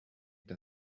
t’a